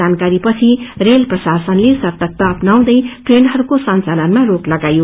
जानकारीपछि rail प्रशासनले सर्तकता अपनाउँदै ट्रेनहरूको संचालनमा रोक लगायो